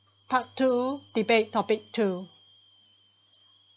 part two debate topic two